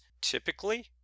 typically